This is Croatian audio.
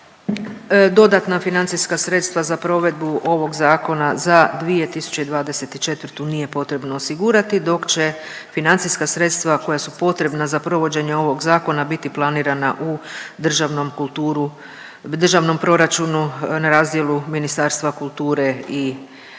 dodatna financijska sredstva za provedbu ovog Zakona za 2024. nije potrebno osigurati, dok će financijska sredstva koja su potrebna za provođenje ovog zakona biti planirana u državnom kulturu, državnom proračunu na razdjelu Ministarstva kulture i, i